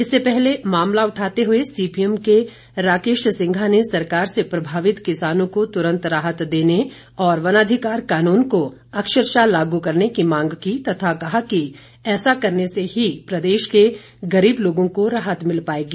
इससे पहले मामला उठाते हुए सीपीएम के राकेश सिंघा ने सरकार से प्रभावित किसानों को तुरंत राहत देने और वनाधिकार कानून को अक्षरशः लागू करने की मांग की तथा कहा कि ऐसा करने से ही प्रदेश के गरीब लोगों को राहत मिल पाएगी